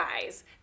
guys